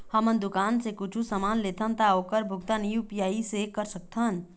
हमन दुकान से कुछू समान लेथन ता ओकर भुगतान यू.पी.आई से कर सकथन?